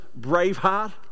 Braveheart